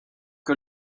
que